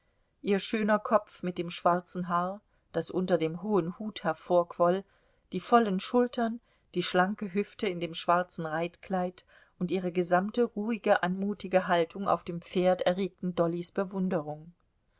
ihr schöner kopf mit dem schwarzen haar das unter dem hohen hut hervorquoll die vollen schultern die schlanke hüfte in dem schwarzen reitkleid und ihre gesamte ruhige anmutige haltung auf dem pferd erregten dollys bewunderung